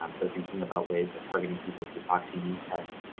um so thinking about ways of targeting people through proxy means tests.